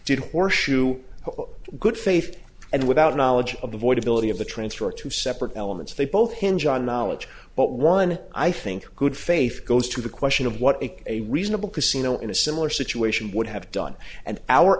did horse shoe good faith and without knowledge of the void ability of the transfer of two separate elements they both hinge on knowledge but one i think good faith goes to the question of what a a reasonable casino in a similar situation would have done and our